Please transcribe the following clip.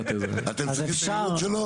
אז אפשר את הייעוץ שלו?